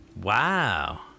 Wow